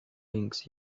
wings